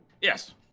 Yes